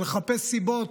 לחפש סיבות,